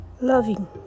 loving